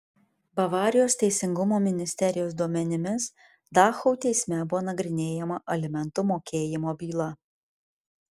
bavarijos teisingumo ministerijos duomenimis dachau teisme buvo nagrinėjama alimentų mokėjimo byla